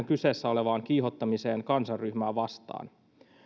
kyseessä olevaan kiihottamiseen kansanryhmää vastaan